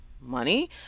money